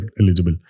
eligible